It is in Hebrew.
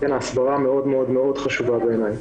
ההסברה מאוד מאוד מאוד מאוד חשובה בעיניי.